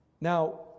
Now